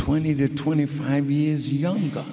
twenty to twenty five years younger